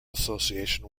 association